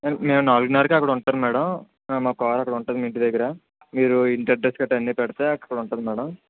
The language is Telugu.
నేను నాలుగున్నరకే అక్కడ ఉంటాను మేడం మా కార్ అక్కడ ఉంటుంది మీ ఇంటి దగ్గర మీరు ఇంటి అడ్రస్ గట్రా అన్నీ పెడితే అక్కడ ఉంటుంది మేడం